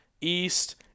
east